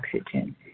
oxygen